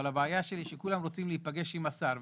הבעיה היא שכולם רוצים להיפגש עם השר.